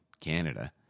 Canada